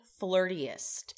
flirtiest